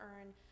earn